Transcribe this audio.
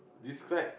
describe